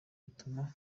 bitume